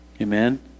Amen